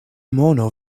mono